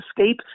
escape